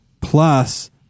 plus